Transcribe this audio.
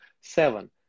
seven